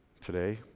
today